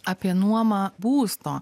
apie nuomą būsto